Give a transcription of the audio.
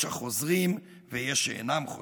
יש החוזרים ויש שאינם חוזרים.